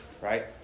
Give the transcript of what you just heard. right